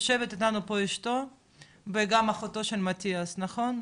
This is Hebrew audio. יושבת אתנו אשתו וגם אחותו של מטיאס, נכון?